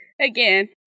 Again